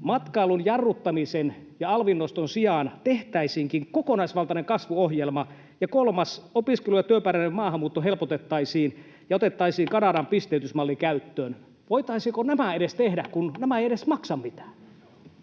matkailun jarruttamisen ja alvin noston sijaan tehtäisiinkin kokonaisvaltainen kasvuohjelma. Ja kolmas on se, että opiskelu- ja työperäistä maahanmuuttoa helpotettaisiin ja otettaisiin Kanadan pisteytysmalli käyttöön. Voitaisiinko edes nämä tehdä, kun nämä eivät edes maksa mitään?